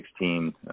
2016